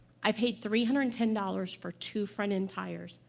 i paid three hundred and ten dollars for two front-end tires.